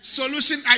solution